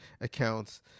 accounts